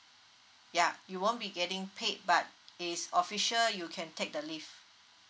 ya you won't be getting paid but is official you can take the leave